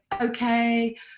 okay